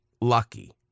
lucky